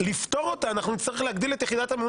כדי לפתור את הבעיה אנחנו נצטרך להגדיל את יחידת המימון